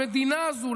למדינה הזו,